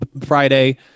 Friday